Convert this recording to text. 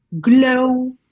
glow